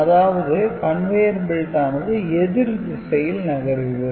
அதாவது "Conveyer belt" ஆனது எதிர்திசையில் நகர்கிறது